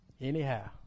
anyhow